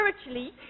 spiritually